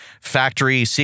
factory